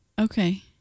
Okay